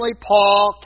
Paul